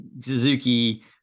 Suzuki